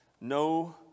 No